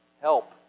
help